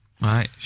Right